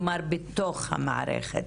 כלומר בתוך המערכת.